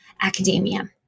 academia